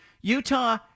Utah